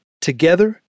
Together